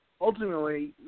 ultimately